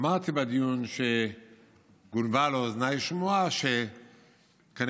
אמרתי בדיון שגונבה לאוזניי שמועה שכנראה